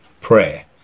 prayer